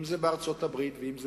אם בארצות-הברית ואם באירופה,